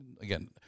Again